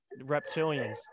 reptilians